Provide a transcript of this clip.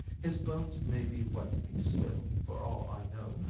his bones may be whitening still, for all i know,